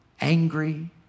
angry